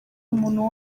umuntu